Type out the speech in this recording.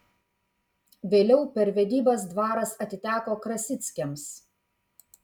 vėliau per vedybas dvaras atiteko krasickiams